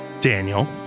Daniel